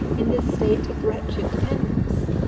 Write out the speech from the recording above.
in this state of wretched dependence,